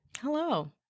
Hello